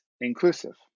inclusive